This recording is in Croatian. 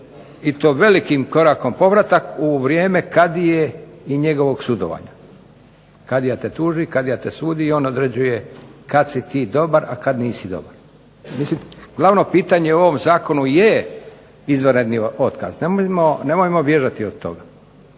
i to velikim korakom povratak u vrijeme kadije i njegovog sudovanja. Kadija te tuži, kadija te sudi, i on određuje kad si ti dobar, a kad nisi dobar. Mislim, glavno pitanje u ovom zakonu je izvanredni otkaz, nemojmo bježati od toga.